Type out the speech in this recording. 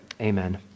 Amen